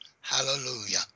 Hallelujah